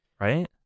right